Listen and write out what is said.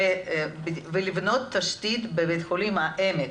ולבנות תשתית בבית החולים העמק,